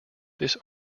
this